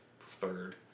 third